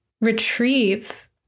retrieve